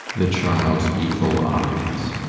the child's evil eyes.